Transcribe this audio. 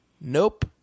Nope